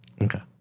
okay